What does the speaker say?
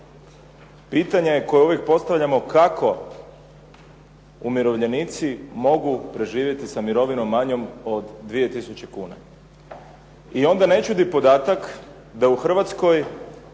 Pitanje je koje uvijek postavljamo kako umirovljenici mogu preživjeti sa mirovinom manjom od 2000 kuna. I onda ne čudi podatak da u Hrvatskoj